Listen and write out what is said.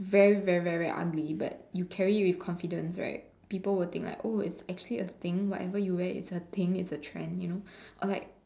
very very very ugly but you carry it with confidence people will think like oh it's actually a thing whatever you re wearing is a thing is a trend or like